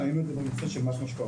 ראינו את זה במקצה של מס משקאות.